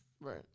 Right